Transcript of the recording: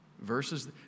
verses